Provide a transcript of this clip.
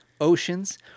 oceans